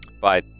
Bye